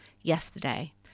yesterday